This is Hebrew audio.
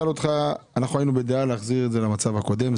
אנחנו היינו בדעה להחזיר את זה למצב הקודם,